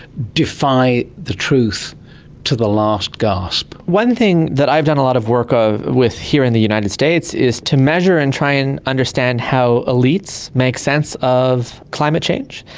defy the truth to the last gasp? one thing that i've done a lot of work with here in the united states is to measure and try and understand how elites make sense of climate change,